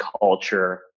culture